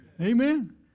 Amen